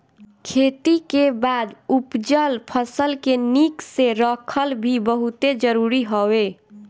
खेती के बाद उपजल फसल के निक से रखल भी बहुते जरुरी हवे